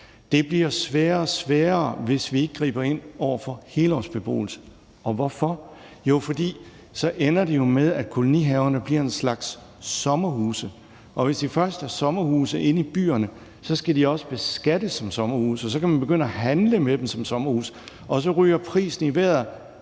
Det bliver sværere og sværere, hvis vi ikke griber ind over for helårsbeboelse. Og hvorfor? Jo, for så ender det jo med, at kolonihaverne bliver en slags sommerhuse. Og hvis de først er sommerhuse inde i byerne, skal de også beskattes som sommerhuse, og så kan man begynde at handle med dem som sommerhuse, og så ryger prisen i vejret,